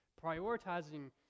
prioritizing